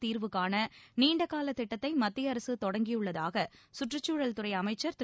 தீர்வுகாண நீண்டகால திட்டத்தை மத்திய அரசு தொடங்கியுள்ளதாக சுற்றுச்சூழல் துறை அமைச்சா் திரு